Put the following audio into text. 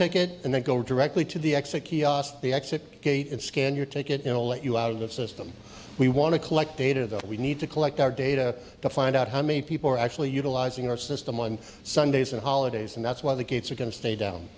it and then go directly to the exit kiosk the exit gate and scan your take it ill let you out of the system we want to collect data that we need to collect our data to find out how many people are actually utilizing our system on sundays and holidays and that's why the gates are going to stay down